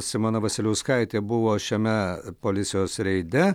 simona vasiliauskaitė buvo šiame policijos reide